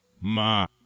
Ma